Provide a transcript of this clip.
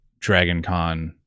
DragonCon